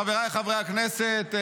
חבריי חברי הכנסת,